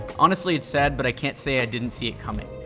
honestly, it's sad but i can't say i didn't see it coming.